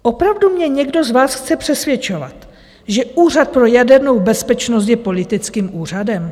Opravdu mě někdo z vás chce přesvědčovat, že Úřad pro jadernou bezpečnost je politickým úřadem?